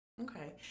Okay